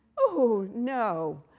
oh, no.